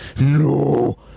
No